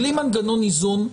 בלי מנגנון איזון,